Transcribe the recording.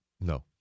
No